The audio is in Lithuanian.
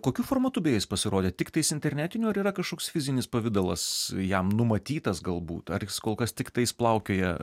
kokiu formatu beje jis pasirodė tiktais internetiniu ar yra kažkoks fizinis pavidalas jam numatytas galbūt ar kol kas tiktais plaukioja